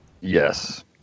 Yes